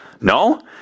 no